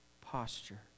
posture